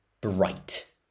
bright